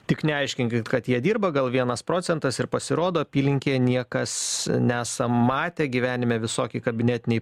tik neaiškinkit kad jie dirba gal vienas procentas ir pasirodo apylinkėj niekas nesam matę gyvenime visoki kabinetiniai